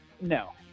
No